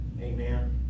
Amen